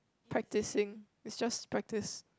practicing it's just practice